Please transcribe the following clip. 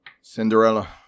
Cinderella